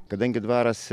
kadangi dvaras